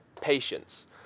patience